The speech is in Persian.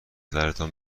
پدرتان